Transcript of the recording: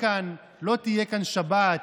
גם אנחנו הסתדרנו.